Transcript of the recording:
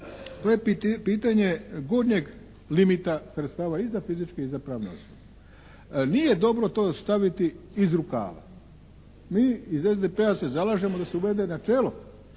to je pitanje gornjeg limita sredstava za fizičke i za pravne osobe. Nije dobro to staviti iz rukava. Mi iz SDP-a se zalažemo da se uvede načelo